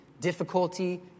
difficulty